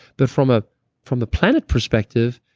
but from ah from the planet perspective,